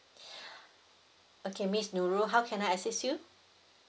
okay miss nurul how can I assist you